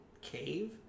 cave